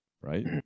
right